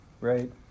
right